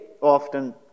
often